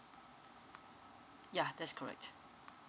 ya that's correct